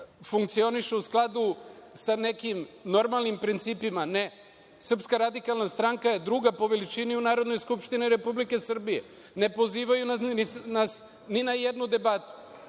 funkcioniše u skladu sa nekim normalnim principima? Ne. Srpska radikalna stranka je druga po veličini u Narodnoj skupštini Republike Srbije. Ne pozivaju nas ni na jednu debatu.